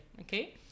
Okay